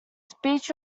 speech